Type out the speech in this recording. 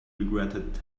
regretted